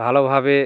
ভালোভাবে